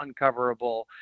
uncoverable